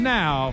now